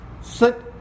sit